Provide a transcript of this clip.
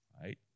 Right